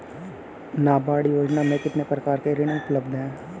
नाबार्ड योजना में कितने प्रकार के ऋण उपलब्ध हैं?